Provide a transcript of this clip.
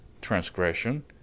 transgression